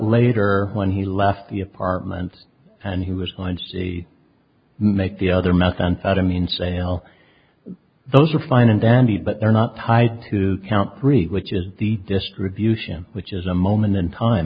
later when he left the apartment and he was going to make the other methamphetamine sale those are fine and dandy but they're not tied to count three which is the distribution which is a moment in time